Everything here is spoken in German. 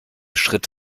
schritt